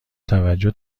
توجه